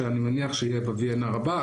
שאני מניח שתהיה ב-VNR הבא,